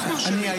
אנחנו אשמים.